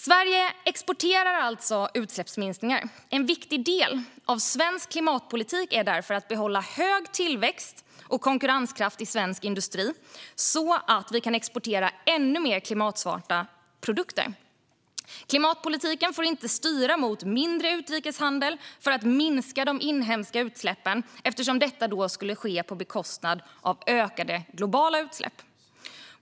Sverige exporterar alltså utsläppsminskningar. En viktig del av svensk klimatpolitik är därför att behålla hög tillväxt och konkurrenskraft i svensk industri så att vi kan exportera ännu mer klimatsmarta produkter. Klimatpolitiken får inte styra mot mindre utrikeshandel för att minska de inhemska utsläppen eftersom detta skulle medföra ökade globala utsläpp.